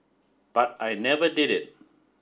but I never did it